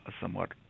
somewhat